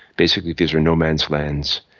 basically these are no man's lands,